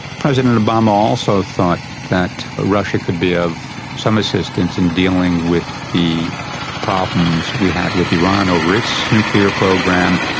president obama also thought that russia could be of some assistance in dealing with the problems we had with iran over its nuclear program,